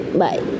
bye